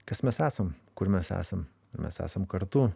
kas mes esam kur mes esam mes esam kartu